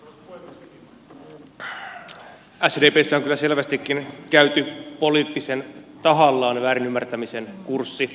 sdpssä on selvästikin käyty poliittisen tahallaan väärin ymmärtämisen kurssi